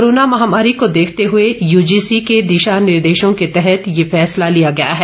corona महामारी को देखते हए यूजीसी के दिशानिर्देशों के तहत ये फैसला लिया गया है